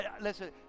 Listen